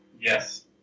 Yes